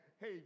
hey